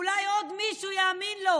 שאולי עוד מישהו יאמין לו,